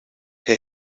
hij